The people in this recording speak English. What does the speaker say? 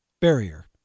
barrier